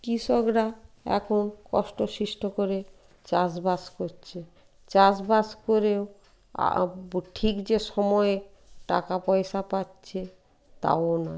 কৃষকরা এখন কষ্ট সৃষ্ট করে চাষবাস করছে চাষবাস করেও আব ঠিক যে সময়ে টাকা পয়সা পাচ্ছে তাও নয়